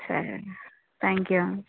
సరే అండి thank you